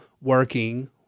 working